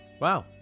Wow